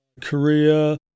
Korea